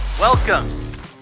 Welcome